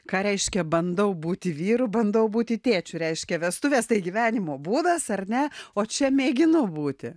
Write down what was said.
ką reiškia bandau būti vyru bandau būti tėčiu reiškia vestuvės tai gyvenimo būdas ar ne o čia mėginu būti